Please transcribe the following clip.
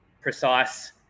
precise